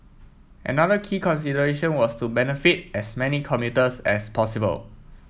another key consideration was to benefit as many commuters as possible